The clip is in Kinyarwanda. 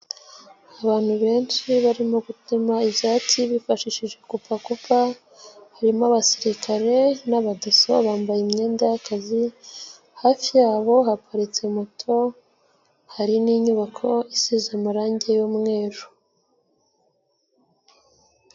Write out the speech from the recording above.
Abantu benshi barimo gutema ibyatsi bifashishije gupakuka harimo abasirikare n'abadesso bambaye imyenda y'akazi hafi yabo haparitse moto, hari n'inyubako isize amarange y'umweru.